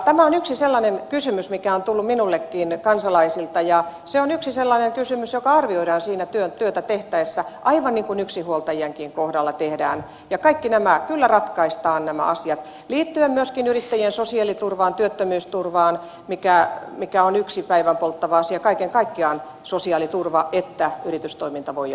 tämä on yksi sellainen kysymys mikä on tullut minullekin kansalaisilta ja se on yksi sellainen kysymys joka arvioidaan siinä työtä tehtäessä aivan niin kuin yksinhuoltajienkin kohdalla tehdään ja kaikki nämä asiat kyllä ratkaistaan liittyen myöskin yrittäjien sosiaaliturvaan työttömyysturvaan mikä on yksi päivänpolttava asia kaiken kaikkiaan sosiaaliturva että yritystoiminta voi jatkua